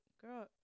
girl